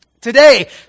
Today